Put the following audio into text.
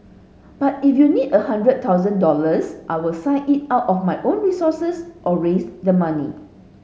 but if you need a hundred thousand dollars I'll sign it out of my own resources or raise the money